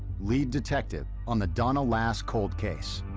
lead detective on the donna lass cold case.